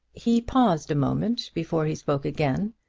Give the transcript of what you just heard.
he paused a moment before he spoke again,